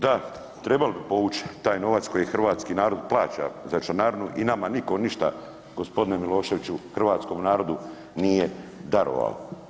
Da, trebali bi povući taj novac koji hrvatski narod plaća za članarinu i nama nitko ništa gospodine Miloševiću, hrvatskom nije darovao.